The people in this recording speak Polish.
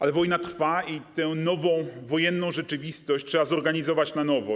Ale wojna trwa i tę nową wojenną rzeczywistość trzeba zorganizować na nowo.